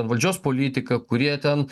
valdžios politika kurie ten